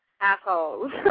Assholes